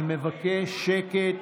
אני מבקש שקט,